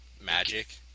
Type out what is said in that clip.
magic